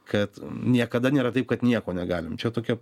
kad niekada nėra taip kad nieko negalim čia tokia